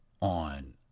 on